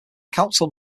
council